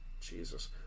Jesus